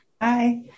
Hi